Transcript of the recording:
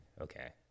okay